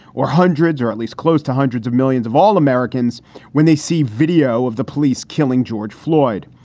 or hundreds or at least close to hundreds of millions of all americans when they see video of the police killing george floyd.